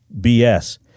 BS